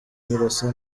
birasa